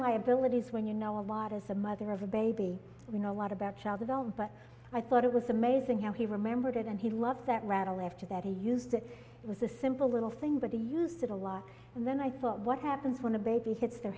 liabilities when you know a lot as a mother of a baby we know a lot about child adult but i thought it was amazing how he remembered it and he loved that rattle after that he used it was a simple little thing but the use of a lot and then i thought what happens when the baby hits the